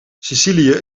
sicilië